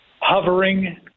hovering